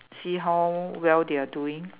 see how well they are doing